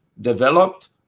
developed